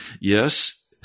Yes